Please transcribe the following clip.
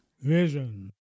Vision